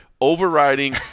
overriding